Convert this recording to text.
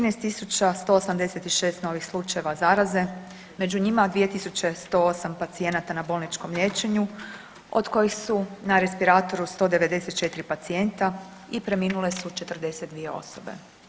13186 novih slučajeva zaraze, među njima 2108 pacijenata na bolničkom liječenju od kojih su na respiratoru 194 pacijenta i preminule su 42 osobe.